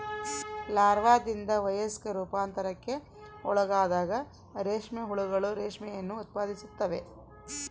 ಲಾರ್ವಾದಿಂದ ವಯಸ್ಕ ರೂಪಾಂತರಕ್ಕೆ ಒಳಗಾದಾಗ ರೇಷ್ಮೆ ಹುಳುಗಳು ರೇಷ್ಮೆಯನ್ನು ಉತ್ಪಾದಿಸುತ್ತವೆ